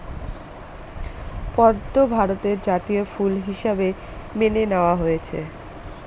পদ্ম ভারতের জাতীয় ফুল হিসাবে মেনে নেওয়া হয়েছে